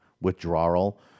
withdrawal